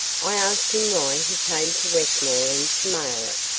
i asked him why he came to westmoreland to mail it.